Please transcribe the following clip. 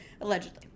Allegedly